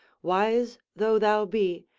wise though thou be,